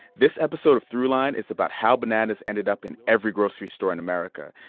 this episode of throughline is about how bananas ended up in every grocery store in america.